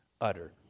utter